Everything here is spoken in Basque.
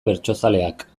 bertsozaleak